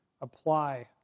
apply